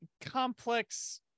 complex